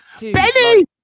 Benny